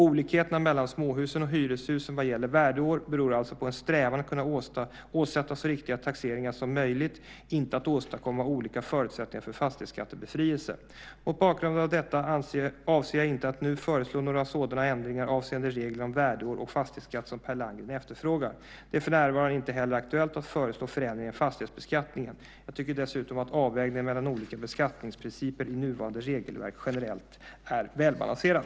Olikheterna mellan småhusen och hyreshusen vad gäller värdeår beror alltså på en strävan att kunna åsätta så riktiga taxeringar som möjligt, inte att åstadkomma olika förutsättningar för fastighetsskattebefrielse. Mot bakgrund av detta avser jag inte att nu föreslå några sådana ändringar avseende reglerna om värdeår och fastighetsskatt som Per Landgren efterfrågar. Det är för närvarande inte heller aktuellt att föreslå förändringar i fastighetsbeskattningen. Jag tycker dessutom att avvägningen mellan olika beskattningsprinciper i nuvarande regelverk generellt är välbalanserad.